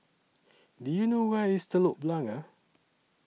Do YOU know Where IS Telok Blangah